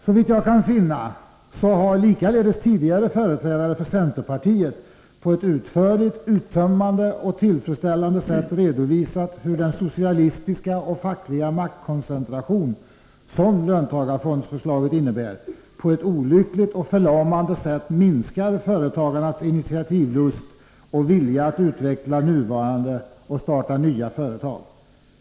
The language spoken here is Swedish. Såvitt jag kan finna har likaledes tidigare företrädare för centerpartiet på ett utförligt, uttömmande och tillfredsställande sätt redovisat hur den socialistiska och fackliga maktkoncentration som löntagarfondsförslaget innebär på ett olyckligt och förlamande sätt minskar företagarnas initiativlust och vilja att utveckla nuvarande och starta nya företag.